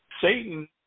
Satan